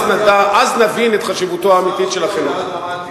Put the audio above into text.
אז נבין את חשיבותו האמיתית של החינוך.